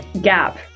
gap